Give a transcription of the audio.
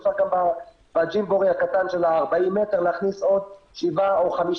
אפשר גם בג'ימבורי הקטן של ה-40 מטר להכניס עוד 7 או 5